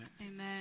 Amen